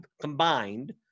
combined